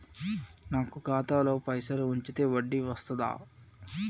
నాకు ఖాతాలో పైసలు ఉంచితే వడ్డీ వస్తదా?